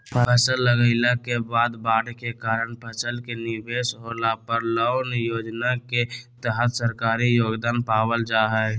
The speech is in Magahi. फसल लगाईला के बाद बाढ़ के कारण फसल के निवेस होला पर कौन योजना के तहत सरकारी योगदान पाबल जा हय?